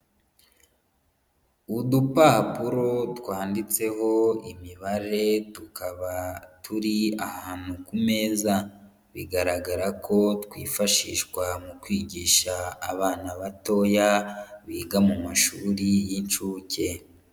Udupapuro twanditseho imibare tukaba turi ahantu ku meza, bigaragara ko twifashishwa mu kwigisha abana batoya, biga mu mashuri y'inshuke.